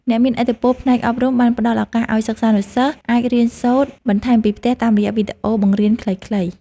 អ្នកមានឥទ្ធិពលផ្នែកអប់រំបានផ្ដល់ឱកាសឱ្យសិស្សានុសិស្សអាចរៀនសូត្របន្ថែមពីផ្ទះតាមរយៈវីដេអូបង្រៀនខ្លីៗ។